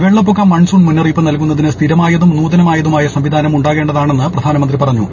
വെള്ളര്പ്പാക്ക് monsoon മുന്നറിയിപ്പ് നൽകുന്നതിന് സ്ഥിരമായത്രിം നൂതനമായതുമായ സംവിധാനം ഉണ്ടാകേണ്ടതാണെന്ന് പ്രിധ്യാനമന്ത്രി പറഞ്ഞു